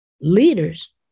leaders